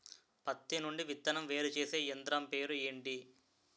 పత్తి నుండి విత్తనం వేరుచేసే యంత్రం పేరు ఏంటి